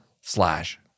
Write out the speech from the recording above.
slash